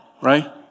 right